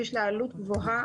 שיש לה עלות גבוהה,